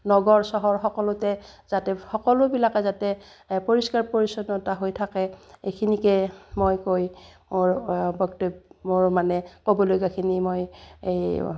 নগৰ চহৰ সকলোতে যাতে সকলোবিলাকে যাতে পৰিষ্কাৰ পৰিচ্ছন্নতা হৈ থাকে এইখিনিকে মই কৈ মোৰ বক্তব্যৰ মোৰ মানে ক'বলগীয়াখিনি মই এই